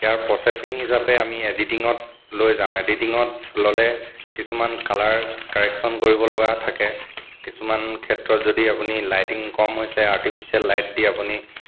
ইয়াৰ processing হিচাপে আমি এডিটিঙত লৈ যাওঁ এডিটিঙত ল'লে কিছুমান কালাৰ কাৰেকশ্যন কৰিবলগা থাকে কিছুমান ক্ষেত্ৰত যদি আপুনি লাইটিং কম হৈছে আৰ্টিফিচিয়েল লাইট দি আপুনি